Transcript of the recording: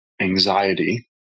anxiety